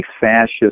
fascist